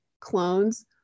clones